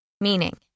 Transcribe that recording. Meaning